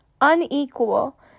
unequal